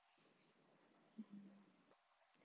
mmhmm